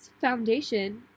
foundation